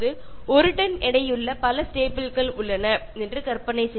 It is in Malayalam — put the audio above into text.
നമുക്ക് ബന്ധിപ്പിക്കാൻ കഴിയുന്നത് ധാരാളം സ്റ്റേപ്പിളുകൾ ഒരു ടണ്ണിന് മുകളിൽ ഭാരം ഉള്ളവയാണ് എന്നാണ്